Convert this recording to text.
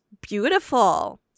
beautiful